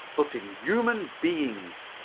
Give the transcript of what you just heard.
but in human beings.